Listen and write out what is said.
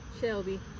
Shelby